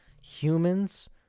humans